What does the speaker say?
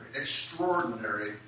extraordinary